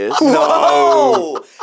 No